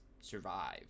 survive